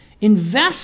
Invest